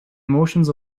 emotions